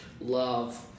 love